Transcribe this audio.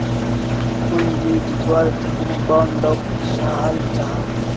पूँजी जुत्वार तने बोंडोक बेचाल जाहा